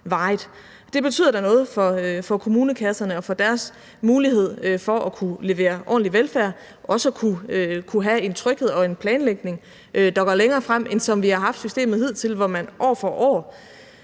Det betyder da noget for kommunekasserne og for kommunernes mulighed for at kunne levere ordentlig velfærd og også at kunne have en tryghed og en planlægning, der går længere frem end sådan, som systemet har været hidtil, hvor man år for år